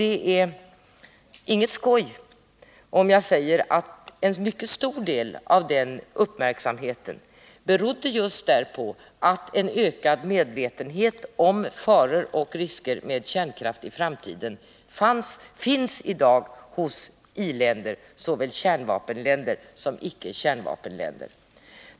Det är inget skoj om jag säger att en stor del av den uppmärksamheten berodde just därpå att en ökad medvetenhet om faror och risker med kärnkraft i framtiden numera finns hos i-länder — såväl kärnvapenländer som icke-kärnvapenländer.